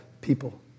people